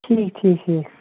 ٹھیٖک ٹھیٖک ٹھیٖک